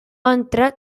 entrar